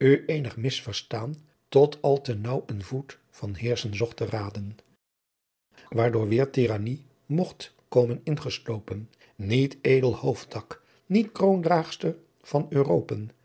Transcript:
eenigh misverstaan tot al te naauw een voet van heerschen zocht te raên waardoor weêr tieranny mocht komen ingesloopen niet edel hoofdtak niet kroondraagster van